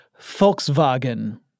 Volkswagen